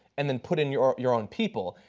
and then put in your your own people.